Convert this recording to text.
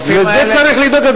לזה צריך לדאוג.